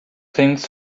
things